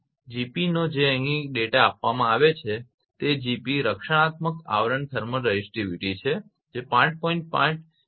હવે 𝐺𝑝 નો જે અહીં ડેટા આપવામાં આવેલ છે તે 𝐺𝑝 રક્ષણાત્મક આવરણની થર્મલ રેઝિસ્ટિવિટી છે જે 5